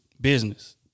business